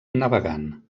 navegant